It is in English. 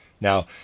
Now